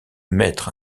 mettre